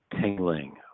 tingling